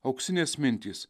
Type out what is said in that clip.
auksinės mintys